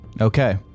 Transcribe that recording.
Okay